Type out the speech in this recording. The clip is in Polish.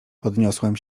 podniosłem